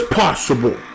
possible